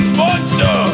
monster